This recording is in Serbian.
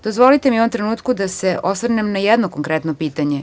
Dozvolite mi u ovom trenutku da se osvrnem na jedno konkretno pitanje.